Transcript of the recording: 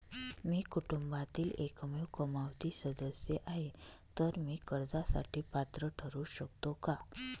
मी कुटुंबातील एकमेव कमावती सदस्य आहे, तर मी कर्जासाठी पात्र ठरु शकतो का?